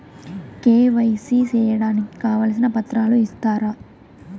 KYC సేయడానికి కావాల్సిన పత్రాలు ఇస్తారా?